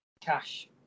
cash